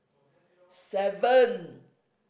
seven